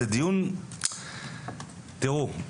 תראו,